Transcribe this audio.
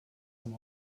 dem